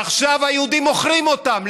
ועכשיו היהודים מוכרים אותן.